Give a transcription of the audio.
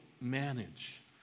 manage